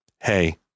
Hey